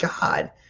God